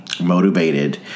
motivated